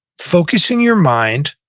focusing your mind,